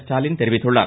ஸ்டாலின் தெரிவித்துள்ளார்